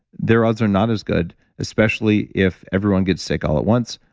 their odds are not as good, especially if everyone gets sick all at once.